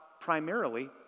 primarily